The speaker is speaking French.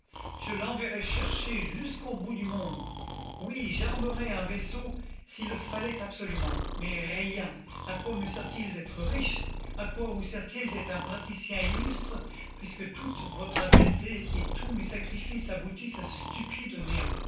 je l'enverrais chercher jusqu'au bout du monde oui j'armerais un vaisseau s'il le fallait absolument mais rien a quoi me sert-il d'être riche à quoi vous sert-il d'être un praticien illustre puisque toute votre habileté et tous mes sacrifices aboutissent à ce stupide néant